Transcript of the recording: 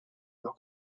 los